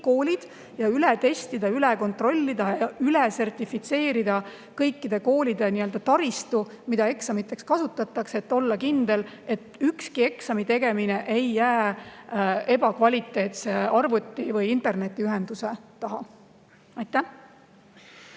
koolid ja üle testida, üle kontrollida, üle sertifitseerida kõikide koolide taristu, mida eksamiteks kasutatakse. Tuleb olla kindel, et ükski eksami tegemine ei jää ebakvaliteetse arvuti või internetiühenduse taha. Aitäh!